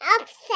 Upset